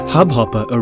Hubhopper